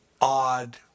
odd